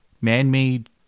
man-made